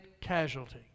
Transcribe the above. casualty